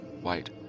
white